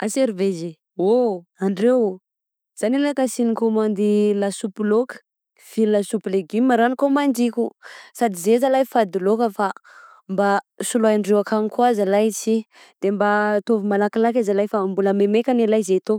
Ah serveuse! _x000D_ Oh andreo! _x000D_ Za anie lah ka sy nikômandy lasopy laoka f'i lasopy legume raha nikômandiko sady zay zalahy fady laoka fa mba soloy andre akagny kô zalahy ty, de mba ataovy malakilaky e zalahy fa mbola memeka anie lahy zay tô.